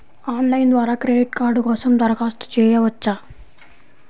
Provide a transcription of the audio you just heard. Online ద్వారా credit card కోసం దరఖాస్తు చేయవచ్చా?